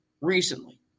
Recently